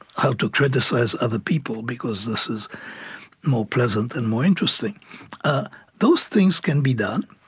how to criticize other people, because this is more pleasant and more interesting those things can be done.